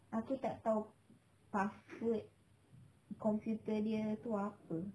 aku tak tahu password computer dia tu apa